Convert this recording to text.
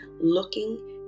looking